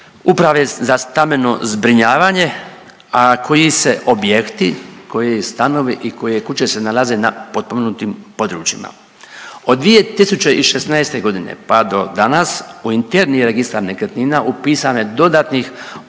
uprave za stambeno zbrinjavanje, a koji se objekti, koji stanovi i koje kuće se nalaze na potpomognutim područjima. Od 2016. godine pa do danas u interni registar nekretnina upisano je dodatnih